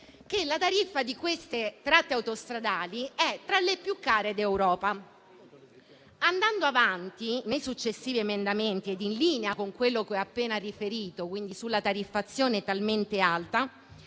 la tariffa di tale tratte autostradali è tra le più care d'Europa. Andando avanti nei successivi emendamenti, e in linea con quello che ho appena riferito su una tariffazione così alta,